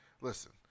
Listen